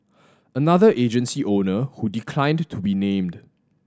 another agency owner who declined to be named